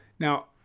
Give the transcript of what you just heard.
Now